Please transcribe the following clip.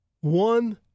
one